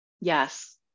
Yes